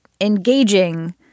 engaging